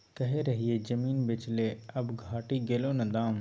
कहय रहियौ जमीन बेच ले आब घटि गेलौ न दाम